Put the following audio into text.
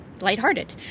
lighthearted